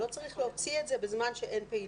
לא צריך להוציא את זה בזמן שאין פעילות,